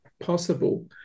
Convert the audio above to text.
possible